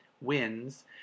wins